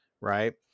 right